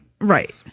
Right